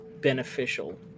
beneficial